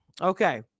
Okay